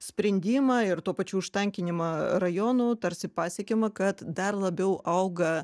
sprendimą ir tuo pačiu už tankinimą rajonų tarsi pasiekiama kad dar labiau auga